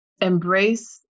embrace